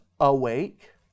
awake